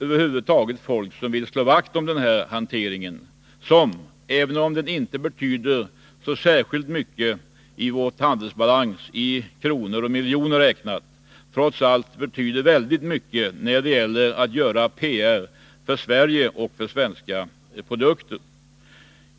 Över huvud taget har vi folk som vill slå vakt om den här hanteringen. Även om den inte betyder särskilt mycket för vår handelsbalans i miljoner kronor räknat, så betyder den trots allt väldigt mycket när det gäller att göra PR för Sverige och för svenska produkter.